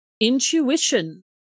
Intuition